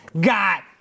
got